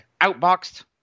outboxed